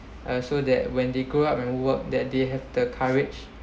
uh so that when they go out and work that they have the courage